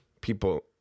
people